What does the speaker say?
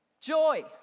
Joy